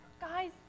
Guys